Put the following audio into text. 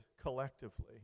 collectively